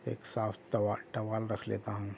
ایک صاف توا ٹاول رکھ لیتا ہوں